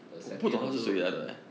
the satian also